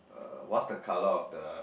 uh what's the colour of the